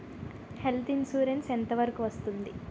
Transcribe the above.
Health insurance ఎంత వరకు వస్తుంది?